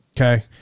okay